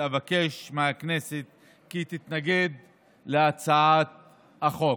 ואבקש מהכנסת כי היא תתנגד להצעת החוק.